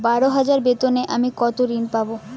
বারো হাজার বেতনে আমি কত ঋন পাব?